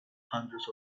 hundreds